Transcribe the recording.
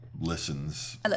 Listens